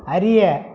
அறிய